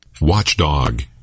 Watchdog